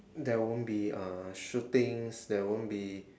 there won't be uh shootings there won't be